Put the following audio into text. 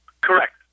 Correct